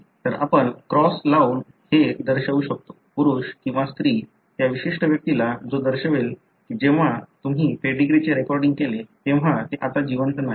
तर आपण क्रॉस लावून हे दर्शवू शकतो पुरुष किंवा स्त्री त्या विशिष्ट व्यक्तीला जो दर्शवेल की जेव्हा तुम्ही पेडीग्रीचे रेकॉर्डिंग केले तेव्हा ते आता जिवंत नाहीत